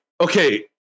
Okay